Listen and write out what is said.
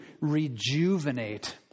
rejuvenate